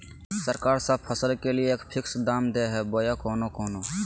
सरकार सब फसल के लिए एक फिक्स दाम दे है बोया कोनो कोनो?